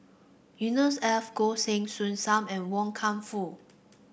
Yusnor Ef Goh Heng Soon Sam and Wan Kam Fook